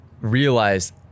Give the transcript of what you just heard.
realized